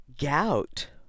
gout